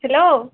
hello